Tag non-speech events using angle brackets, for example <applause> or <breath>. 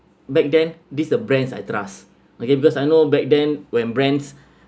back then this the brand I trust okay because I know back then when brands <breath>